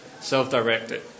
self-directed